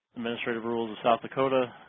administrative rules of south dakota.